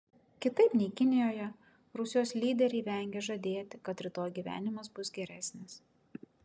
kitaip nei kinijoje rusijos lyderiai vengia žadėti kad rytoj gyvenimas bus geresnis